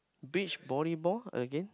beach volleyball again